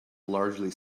largely